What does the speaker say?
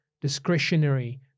discretionary